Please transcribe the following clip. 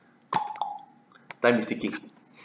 time is ticking